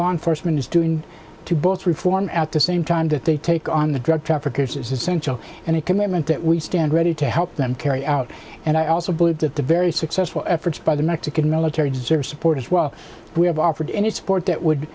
law enforcement is doing to both reform at the same time that they take on the drug traffickers is essential and a commitment that we stand ready to help them carry out and i also believe that the very successful efforts by the mexican military deserve support as well we have offered any support that would